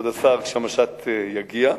כבוד השר, כשהמשט יגיע.